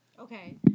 Okay